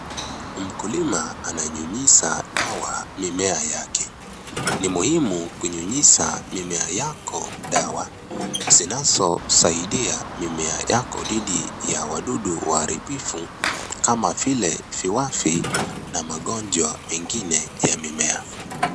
Mkulima ananyunyiza dawa mimea yake. Ni muhimu kunyunyiza mimea yako dawa zinazosaidia mimea yako dhidi ya wadudu waharibifu kama vile viwavi na magonjwa mengine ya mimea.